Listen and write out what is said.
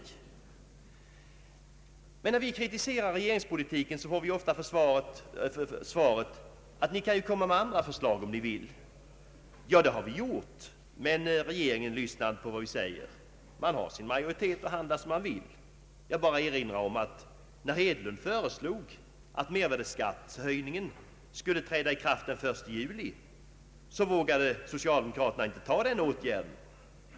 När vi kritiserar regeringspolitiken, får vi ofta svaret att ni kan ju komma med andra förslag, om ni vill. Ja, det har vi gjort, men regeringen lyssnar inte på vad vi säger. Man har sin majoritet, och man handlar som man vill. Jag vill bara erinra om att när herr Hedlund föreslog att medvärdeskattehöjningen skulle träda i kraft den 1 juli, så vågade socialdemokraterna inte vidta den åtgärden.